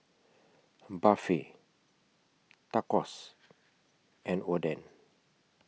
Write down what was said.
Barfi Tacos and Oden